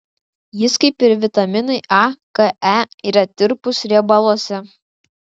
jis kaip ir vitaminai a k e yra tirpus riebaluose